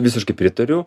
visiškai pritariu